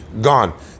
gone